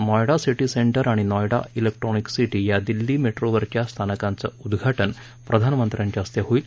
Noida city centre आणि Noida electronic city या दिल्ली मेट्रोवरच्या स्थानकांचं उद्घाटन प्रधानमंत्र्यांच्या हस्ते होईल